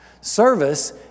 Service